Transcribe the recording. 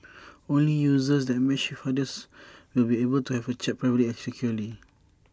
only users that matched with each other will be able to have A chat privately and securely